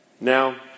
Now